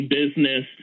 business